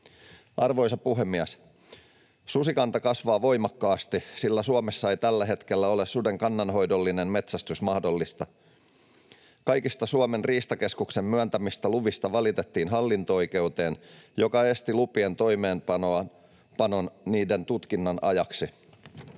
Arvoisa puhemies! Susikanta kasvaa voimakkaasti, sillä Suomessa ei tällä hetkellä ole suden kannanhoidollinen metsästys mahdollista. Kaikista Suomen riistakeskuksen myöntämistä luvista valitettiin hallinto-oikeuteen, joka esti lupien toimeenpanon niiden tutkinnan ajaksi.